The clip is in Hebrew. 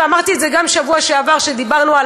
ואמרתי את זה גם בשבוע שעבר כשדיברנו על